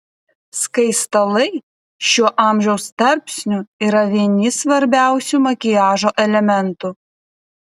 skaistalai šiuo amžiaus tarpsniu yra vieni svarbiausių makiažo elementų